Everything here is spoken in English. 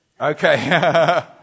Okay